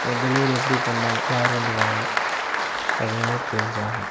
delivery எப்படி பண்ணாங்க யார் வந்து வாங்கினா அது எனக்கு தெரிஞ்சாகணும்